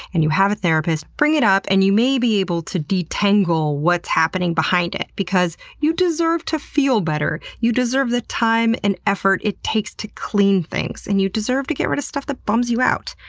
and you have a therapist, bring it up and you may be able to detangle what's happening behind it. because you deserve to feel better! you deserve the time and effort it takes to clean things, and you deserve to get rid of stuff that bums you out.